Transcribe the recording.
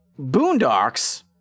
Boondocks